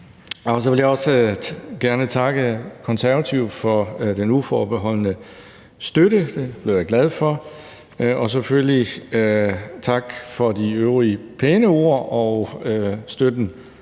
Så vil jeg også gerne takke Konservative for den uforbeholdne støtte – den blev jeg glad for – og selvfølgelig tak for de øvrige pæne ord og støtten